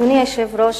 אדוני היושב-ראש,